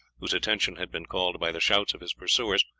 whose attention had been called by the shouts of his pursuers,